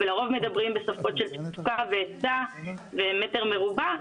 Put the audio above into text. מדברים בשפות של תפוקה והיצע ומטר מרובע,